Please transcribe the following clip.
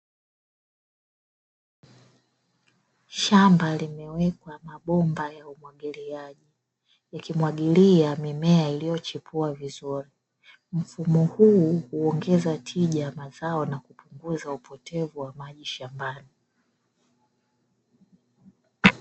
Shamba limewekwa mabomba ya umwagiliaji, ikimwagilia mimea iliyochipua vizuri. Mfumo huu huongeza tija ya mazao na kupunguza upotevu wa maji shambani.